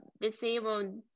disabled